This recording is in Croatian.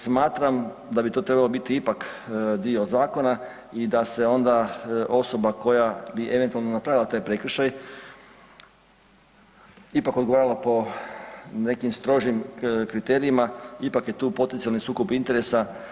Smatram da bi to trebalo biti ipak dio zakon i da se onda osoba koja bi eventualno napravila taj prekršaj ipak odgovarala po nekim strožim kriterijima, ipak je tu potencijalni sukob interesa.